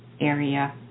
area